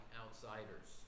outsiders